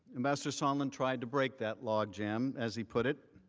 ambassador sondland tried to break that logjam, as he put it,